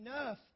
enough